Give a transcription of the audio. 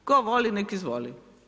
Tko voli, nek izvoli.